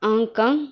Hong Kong